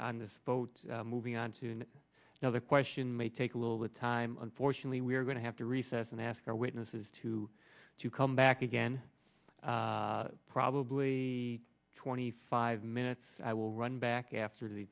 on this boat moving on to another question may take a little bit time unfortunately we are going to have to recess and ask our witnesses to you come back again probably twenty five minutes i will run back after the